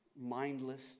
mindless